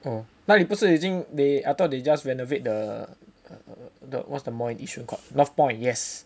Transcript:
oh 那里不是已经 they I thought they just renovate the the what's the mall in Yishun called ah North Point yes